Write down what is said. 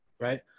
right